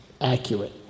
accurate